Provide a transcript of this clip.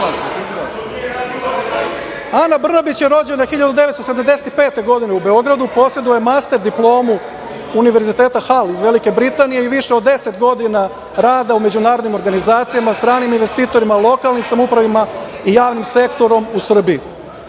Ana Brnabić je rođena 1975. godine u Beogradu. Poseduje master diplomu Univerziteta Hal iz Velike Britanije i više od deset godina rada u međunarodnim organizacijama stranim investitorima, lokalnim samoupravama i javnom sektoru u Srbiji.U